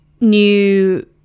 new